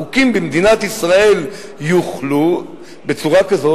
החוקים במדינת ישראל יוחלו בצורה כזאת